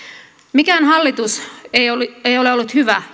mikään hallitus ei ole ollut hyvä